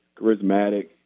charismatic